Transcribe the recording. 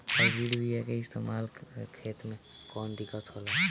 Hybrid बीया के इस्तेमाल से खेत में कौन दिकत होलाऽ?